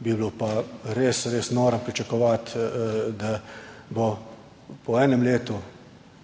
bi bilo pa res, res noro pričakovati, da bo po enem letu,